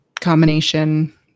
combination